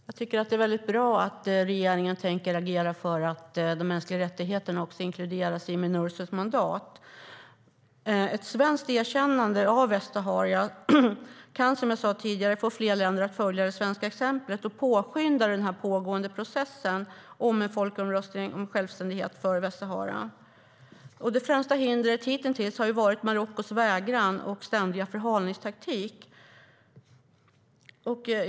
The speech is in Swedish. Herr talman! Det är bra att regeringen tänker agera för att de mänskliga rättigheterna ska inkluderas i Minursos mandat. Ett svenskt erkännande av Västsahara kan som jag tidigare sade få fler länder att följa det svenska exemplet och påskynda den pågående processen för en folkomröstning om självständighet för Västsahara. Det främsta hindret har hitintills varit Marockos vägran och ständiga förhalningstaktik.